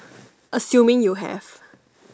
assuming you have